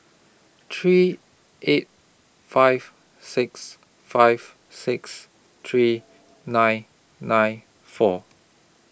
three eight five six five six three nine nine four